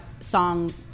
song